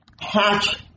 Hatch